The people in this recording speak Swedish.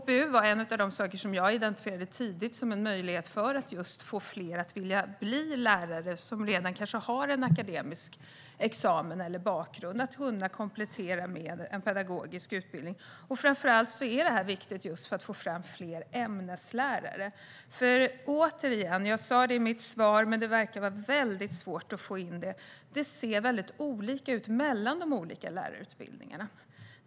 Just KPU var en av de saker jag tidigt identifierade som en möjlighet att få fler som kanske redan har en akademisk examen eller bakgrund att vilja bli lärare genom att komplettera med en pedagogisk utbildning. Framför allt är detta viktigt för att vi ska få fram fler ämneslärare. Jag sa det i mitt svar, men det verkar väldigt svårt att få in det, så återigen: Det ser väldigt olika ut mellan de olika lärarutbildningarna.